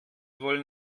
wohl